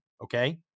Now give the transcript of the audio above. okay